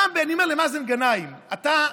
אני אומר למאזן גנאים: אתה,